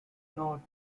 north